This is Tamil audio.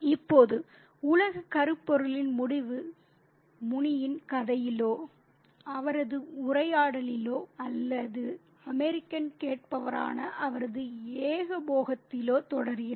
இப்போது உலக கருப்பொருளின் முடிவு முனியின் கதைகளிலோ அவரது உரையாடலிலோ அல்லது அமெரிக்கன் கேட்பவரான அவரது ஏகபோகத்திலோ தொடர்கிறது